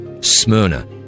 Smyrna